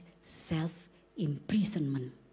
self-imprisonment